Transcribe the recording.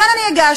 לכן אני הגשתי,